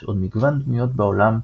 יש עוד מגוון דמויות בעולם,